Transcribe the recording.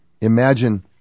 Imagine